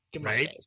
Right